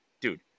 Dude